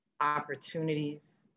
opportunities